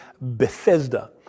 Bethesda